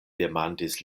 demandis